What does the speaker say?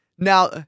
Now